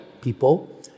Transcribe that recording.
people